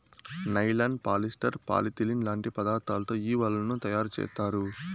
nylon, polyester, polyethylene లాంటి పదార్థాలతో ఈ వలలను తయారుచేత్తారు